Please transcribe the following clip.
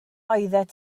oeddet